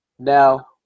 Now